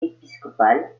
épiscopal